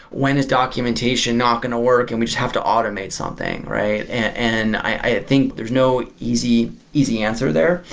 when is documentation not going to work and we just have to automate something, right? and i think there's no easy easy answer there.